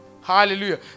Hallelujah